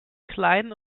kleinen